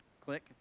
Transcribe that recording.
click